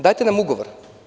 Dajte nam ugovor.